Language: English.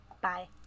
Bye